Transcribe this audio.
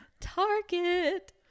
Target